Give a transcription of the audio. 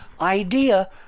idea